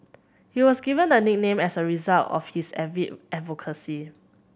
he was given the nickname as a result of his avid advocacy